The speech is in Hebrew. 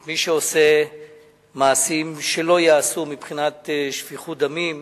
את מי שעושה מעשים שלא ייעשו מבחינת שפיכות דמים,